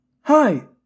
Hi